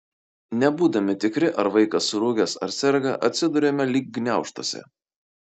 nebūdami tikri ar vaikas surūgęs ar serga atsiduriame lyg gniaužtuose